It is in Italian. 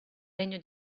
regno